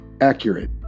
accurate